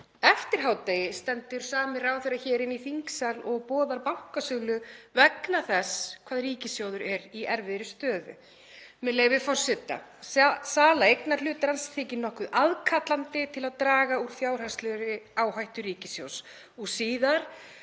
Eftir hádegi stendur sami ráðherra hér í þingsal og boðar bankasölu vegna þess hvað ríkissjóður er í erfiðri stöðu. Með leyfi forseta: „Sala eignarhlutans þykir nokkuð aðkallandi til að draga úr fjárhagslegri áhættu ríkissjóðs.“ Og síðar